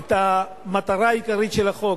את המטרה העיקרית של החוק.